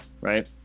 right